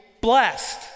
blessed